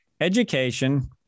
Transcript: education